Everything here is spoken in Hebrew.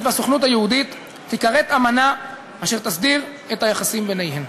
והסוכנות היהודית תיכרת אמנה אשר תסדיר את היחסים ביניהן.